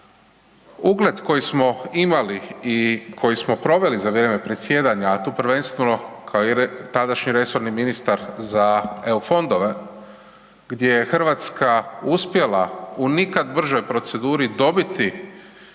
ugled koji smo imali i koji smo proveli za vrijeme predsjedanja a tu prvenstveno kao i tadašnji resorni ministar za EU fondove gdje Hrvatska uspjela u nikad bržoj proceduri dobiti